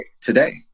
today